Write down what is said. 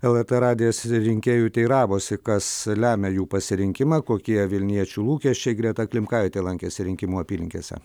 lrt radijas rinkėjų teiravosi kas lemia jų pasirinkimą kokie vilniečių lūkesčiai greta klimkaitė lankėsi rinkimų apylinkėse